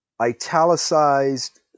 italicized